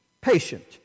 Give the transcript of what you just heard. patient